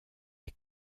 est